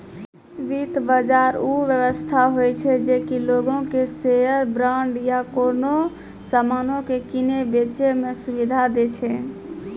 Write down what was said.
वित्त बजार उ व्यवस्था होय छै जे कि लोगो के शेयर, बांड या कोनो समानो के किनै बेचै मे सुविधा दै छै